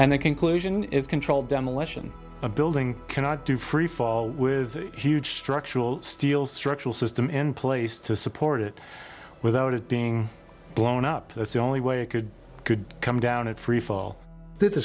and the conclusion is controlled demolition a building cannot do freefall with huge structural steel structural system in place to support it without it being blown up that's the only way it could could come down